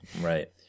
Right